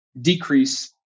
decrease